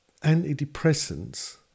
antidepressants